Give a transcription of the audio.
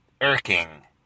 irking